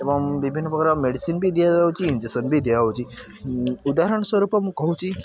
ଏବଂ ବିଭିନ୍ନ ପ୍ରକାର ମେଡ଼ିସିନ୍ ବି ଦିଆଯାଉଛି ଇଞ୍ଜେକ୍ସନ୍ ବି ଦିଆହେଉଛି ଉଦାହରଣ ସ୍ୱରୁପ ମୁଁ କହୁଛି